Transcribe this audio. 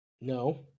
No